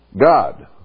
God